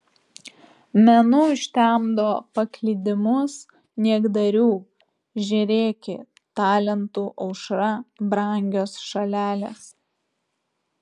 menu užtemdo paklydimus niekdarių žėrėki talentų aušra brangios šalelės